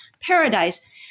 paradise